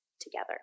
together